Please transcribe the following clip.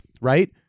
right